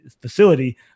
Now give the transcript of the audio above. facility